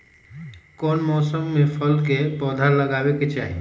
कौन मौसम में फल के पौधा लगाबे के चाहि?